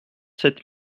sept